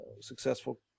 successful